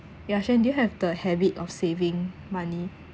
ya ya xuan do you have the habit of saving money